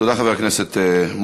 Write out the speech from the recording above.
תודה, חבר הכנסת מוזס.